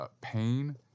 pain